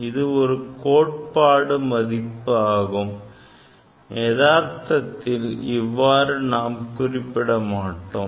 இது ஒரு கோட்பாட்டு மதிப்பு ஆகும் எதார்த்தத்தில் இவ்வாறு நாம் குறிப்பிட மாட்டோம்